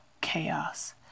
chaos